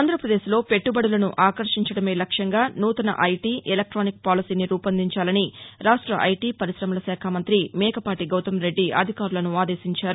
ఆంధ్రప్రదేశ్ లో పెట్టుబడులను ఆకర్షించడమే లక్ష్యంగా నూతన ఐటీ ఎలక్టానిక్ పాలసీని రూపొందించాలని రాష్ట ఐటీ పరిశ్రమల శాఖ మంతి మేకపాటి గౌతమ్ రెడ్డి అధికారులను ఆదేశించారు